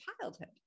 childhood